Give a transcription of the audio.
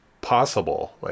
possible